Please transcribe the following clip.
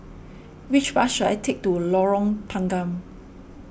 which bus should I take to Lorong Tanggam